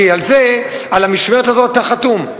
כי על זה, על המשמרת הזאת, אתה חתום.